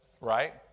Right